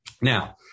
Now